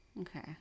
Okay